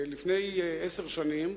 לפני עשר שנים,